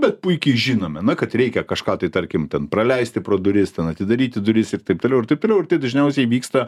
bet puikiai žinome na kad reikia kažką tai tarkim ten praleisti pro duris ten atidaryti duris ir taip toliau ir taip toliau ir tai dažniausiai vyksta